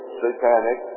satanic